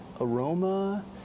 aroma